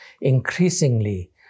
Increasingly